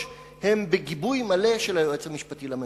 היא בגיבוי מלא של היועץ המשפטי לממשלה.